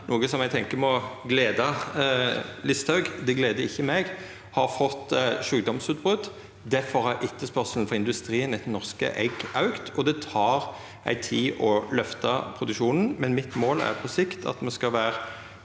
noko som eg tenkjer må gleda Listhaug, men det gleder ikkje meg – har fått sjukdomsutbrot. Difor har etterspørselen frå industrien etter norske egg auka, og det tek tid å løfta produksjonen. Men mitt mål er på sikt at me skal vera